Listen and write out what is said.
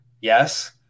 Yes